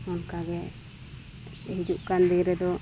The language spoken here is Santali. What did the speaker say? ᱚᱱᱠᱟᱜᱮ ᱦᱤᱡᱩᱜ ᱠᱟᱱ ᱫᱤᱱ ᱨᱮᱫᱚ